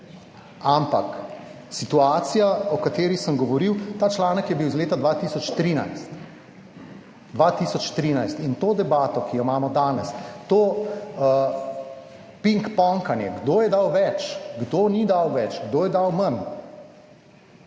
Ampak situacija o kateri sem govoril, ta članek je bil iz leta 2013. In to debato, ki jo imamo danes, to pinkponkanje kdo je dal več, kdo ni dal več, kdo je dal manj